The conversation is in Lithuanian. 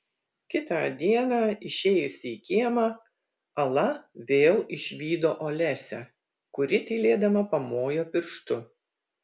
kitą dieną išėjusi į kiemą ala vėl išvydo olesią kuri tylėdama pamojo pirštu